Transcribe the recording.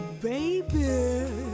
baby